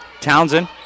Townsend